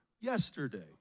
yesterday